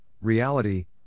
reality